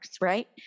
right